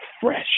fresh